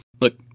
Look